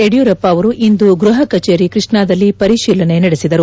ಯಡಿಯೂರಪ್ಪ ಅವರು ಇಂದು ಗೃಹ ಕಚೇರಿ ಕೃಷ್ಣಾದಲ್ಲಿ ಪರಿಶೀಲನೆ ನಡೆಸಿದರು